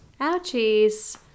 Ouchies